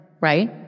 right